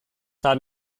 haben